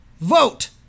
Vote